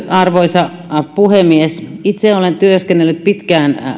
arvoisa puhemies itse olen työskennellyt pitkään